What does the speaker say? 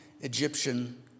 Egyptian